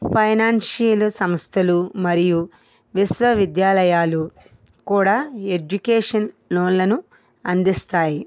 financial సంస్థలు మరియు విశ్వవిద్యాలయాలు కూడా ఎడ్యుకేషన్ లోన్లను అందిస్తాయి